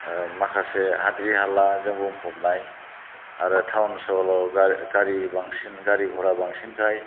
माखासे हाद्रि हालाजों बुंफबनाय आरो टाउन सहराव बांसिन गारि घरा बांसिनखाय